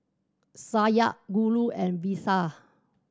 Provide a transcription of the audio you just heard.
Satya Guru and Vishal